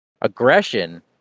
Aggression